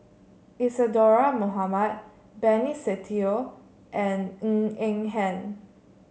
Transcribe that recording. Isadhora Mohamed Benny Se Teo and Ng Eng Hen